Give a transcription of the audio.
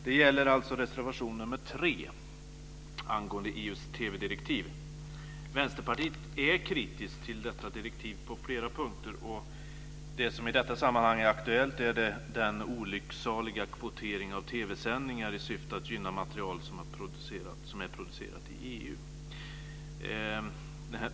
Det gäller reservation nr 3 angående EU:s Vänsterpartiet är kritiskt till detta direktiv på flera punkter, och det som i detta sammanhang är aktuellt är den olycksaliga kvoteringen av TV-sändningar i syfte att gynna material som är producerat i EU.